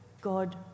God